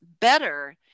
better